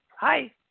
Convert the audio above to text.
Hi